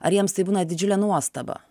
ar jiems tai būna didžiulė nuostaba